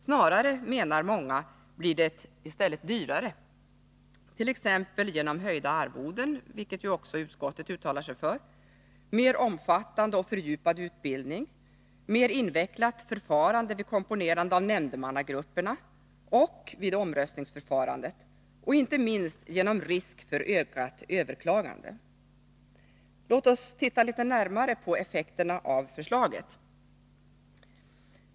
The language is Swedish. Snarare, menar många, blir det i stället dyrare, t.ex. genom höjda arvoden, vilket ju också utskottet uttalat sig för, mer omfattande och fördjupad utbildning, mer invecklat förfarande vid komponerande av nämndemannagrupperna och vid omröstningar samt inte minst genom risk för ökat överklagande. Låt oss titta närmare på effekterna av förslaget!